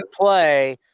play